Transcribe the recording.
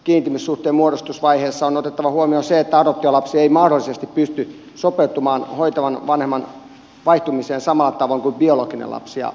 kiintymyssuhteen muodostusvaiheessa on otettava huomioon se että adoptiolapsi ei mahdollisesti pysty sopeutumaan hoitavan vanhemman vaihtumiseen samalla tavoin kuin biologinen lapsi